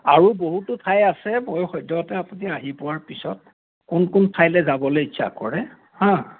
আৰু বহুতো ঠাই আছে মই সদ্যহতে আপুনি আহি পোৱাৰ পিছত কোন কোন ঠাইলে যাবলৈ ইচ্ছা কৰে হা